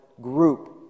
group